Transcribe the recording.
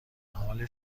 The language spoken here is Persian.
حال